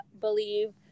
believe